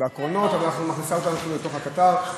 בקרונות, אבל היא מכניסה אותנו אפילו לתוך הקטר,